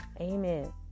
Amen